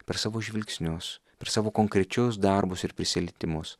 per savo žvilgsnius per savo konkrečius darbus ir prisilietimus